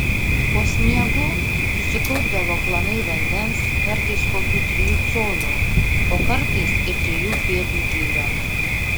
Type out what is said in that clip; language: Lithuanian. po sniegu susikaupdavo klanai vandens kartais kokių trijų colių o kartais ir trijų pėdų gylio